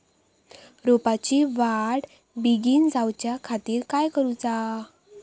रोपाची वाढ बिगीन जाऊच्या खातीर काय करुचा?